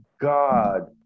God